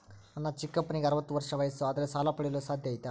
ನನ್ನ ಚಿಕ್ಕಪ್ಪನಿಗೆ ಅರವತ್ತು ವರ್ಷ ವಯಸ್ಸು ಆದರೆ ಸಾಲ ಪಡೆಯಲು ಸಾಧ್ಯ ಐತಾ?